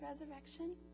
resurrection